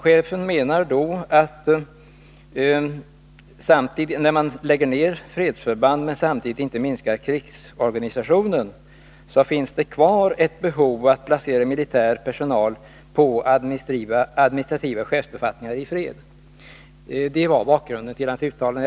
Han menade att när man lägger ned fredsförband men samtidigt inte minskar krigsorganisationen uppstår ett behov av att placera militär personal på administrativa chefsbefattningar i fred. — Detta var bakgrunden till hans uttalande.